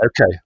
Okay